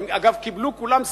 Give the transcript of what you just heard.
אגב, קיבלו כולם שכר,